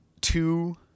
two—